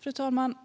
Fru talman!